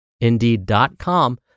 Indeed.com